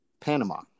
Panama